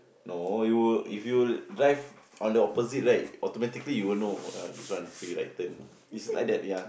no you will if you'll drive on the opposite right automatically you will know uh this one is free right turn is like that ya